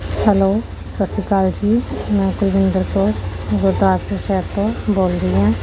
hello ਸਤਿ ਸ਼੍ਰੀ ਅਕਾਲ ਜੀ ਮੈਂ ਕੁਲਵਿੰਦਰ ਕੌਰ ਗੁਰਦਾਸਪੁਰ ਸ਼ਹਿਰ ਤੋਂ ਬੋਲ ਰਹੀ ਹਾਂ